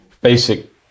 basic